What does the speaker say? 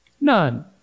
None